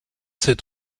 sept